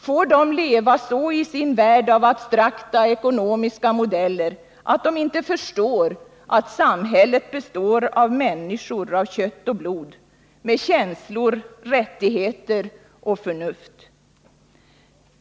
Får de leva så i sin värld av abstrakta ekonomiska modeller att de inte förstår att samhället består av människor av kött och blod, med känslor, rättigheter och förnuft?